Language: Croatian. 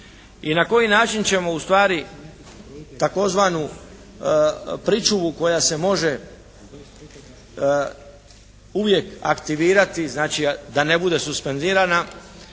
i na koji način ćemo u stvari tzv. pričuvu koja se može uvijek aktivirati, znači da ne bude suspendirana